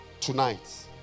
Tonight